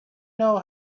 know